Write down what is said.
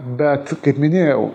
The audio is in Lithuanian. bet kaip minėjau